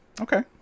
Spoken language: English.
Okay